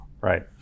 Right